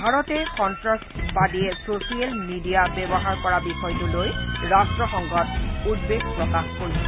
ভাৰতে সন্তাসবাদীয়ে social media ব্যৱহাৰ কৰা বিষয়টো লৈ ৰট্টসংঘত উদ্বেগ প্ৰকাশ কৰিছে